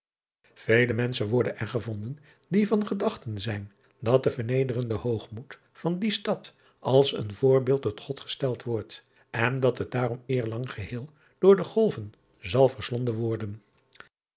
ele menschen worden er gevonden die van gedachte zijn dat de vernederde hoogmoed van die stad als een voorbeeld door od gesteld wordt en dat het daarom eerlang geheel door de golven zal verslonden worden